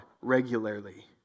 regularly